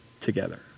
together